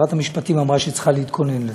ושרת המשפטים אמרה שהיא צריכה להתכונן לזה.